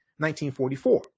1944